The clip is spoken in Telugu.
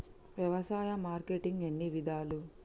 వ్యవసాయ మార్కెటింగ్ ఎన్ని విధాలు?